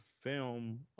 film